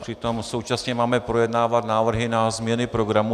Přitom současně máme projednávat návrhy na změny programu.